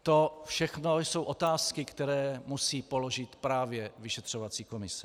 To všechno jsou otázky, které musí položit právě vyšetřovací komise.